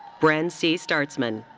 bren c. startzman.